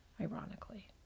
Ironically